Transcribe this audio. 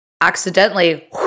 accidentally